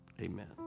Amen